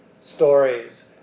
stories